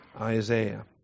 Isaiah